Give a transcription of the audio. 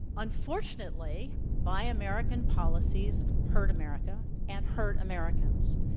unfortunately, buy american policies hurt america, and hurt americans.